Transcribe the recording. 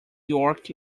york